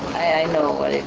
know what it